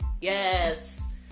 yes